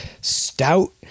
stout